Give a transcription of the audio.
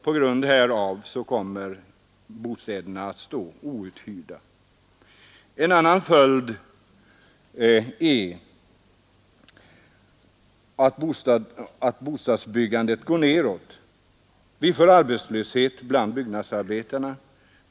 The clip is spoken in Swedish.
På grund härav kommer många bostäder att stå outhyrda. En annan följd är att bostadsbyggandet minskar, och vi får arbetslöshet bland byggnadsarbetarna.